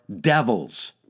devils